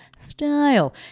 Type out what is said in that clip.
style